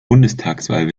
bundestagswahl